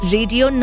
Radio